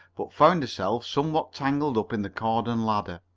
but found herself somewhat tangled up in the cord and ladder.